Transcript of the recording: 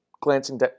glancing